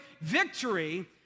victory